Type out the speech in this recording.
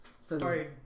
Sorry